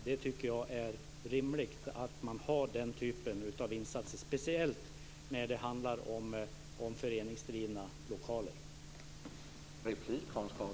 Jag tycker att det är rimligt att man har den typen av insatser, speciellt när det handlar om föreningsdrivna lokaler.